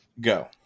Go